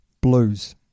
Blues